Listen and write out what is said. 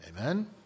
Amen